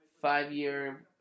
five-year